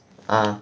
ah